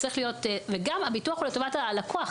וגם הביטוח הוא לטובת הלקוח.